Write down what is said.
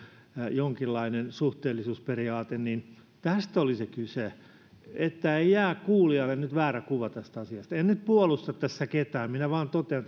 jonkinlainen suhteellisuusperiaate tästä oli kyse että ei jää kuulijalle nyt väärä kuva tästä asiasta en nyt puolusta tässä ketään minä vain totean